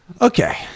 okay